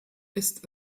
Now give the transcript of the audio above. ist